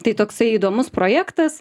tai toksai įdomus projektas